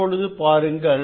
இப்பொழுது பாருங்கள்